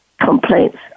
complaints